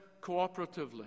cooperatively